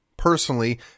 personally